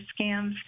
scams